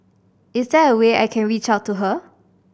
is there a way I can reach out to her